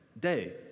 day